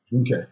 okay